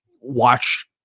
watch